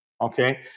okay